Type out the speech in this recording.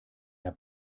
der